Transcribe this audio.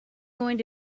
going